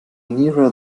nearer